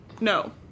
No